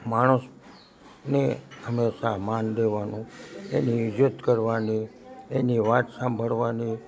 માણસને હંમેશા માન દેવાનું એની ઇજ્જત કરવાની એની વાત સાંભળવાની